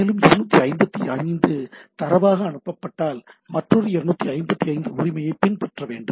மேலும் 255 தரவாக அனுப்பப்பட்டால் மற்றொரு 255 உரிமையைப் பின்பற்ற வேண்டும்